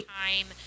time